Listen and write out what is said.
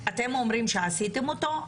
אתם אומרים שעשיתם אותו,